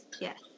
Yes